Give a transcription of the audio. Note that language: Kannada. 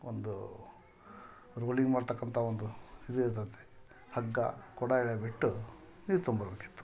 ಒಂದು ರೋಲಿಂಗ್ ಮಾಡ್ತಕ್ಕಂತ ಒಂದು ಇದು ಇರ್ತದೆ ಹಗ್ಗ ಕೊಡ ಗಿಡ ಬಿಟ್ಟು ನೀರು ತೊಗಂರ್ಬೇಕಿತ್ತು